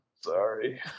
sorry